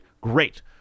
great